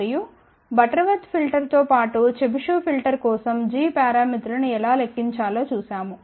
మరియు బటర్వర్త్ ఫిల్టర్తో పాటు చెబిషెవ్ ఫిల్టర్ కోసం g పారామితులను ఎలా లెక్కించాలో చూశాము